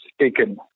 taken